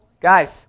Guys